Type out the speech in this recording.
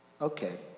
Okay